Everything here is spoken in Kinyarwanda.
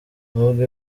nubwo